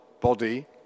body